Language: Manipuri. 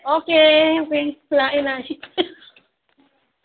ꯑꯣꯀꯦ ꯑꯣꯀꯦ ꯂꯥꯛꯑꯦ ꯂꯥꯛꯑꯦ ꯁꯤ